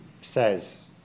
says